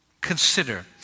Consider